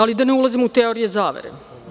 Ali, da ne ulazimo u teorije zavere.